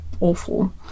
awful